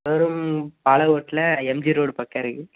showroom பாலகோட்டில் MG road பக்கம் இருக்கு